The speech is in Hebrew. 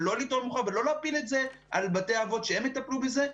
ולא להפיל את זה על בתי האבות שהם יטפלו בזה,